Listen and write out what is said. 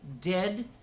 dead